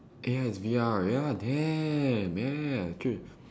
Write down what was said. ya it's V_R ya damn ya true